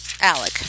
Alec